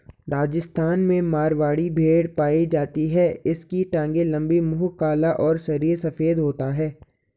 राजस्थान में मारवाड़ी भेड़ पाई जाती है इसकी टांगे लंबी, मुंह काला और शरीर सफेद होता है